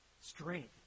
strength